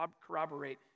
corroborate